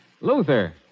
Luther